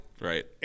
Right